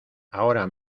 ahora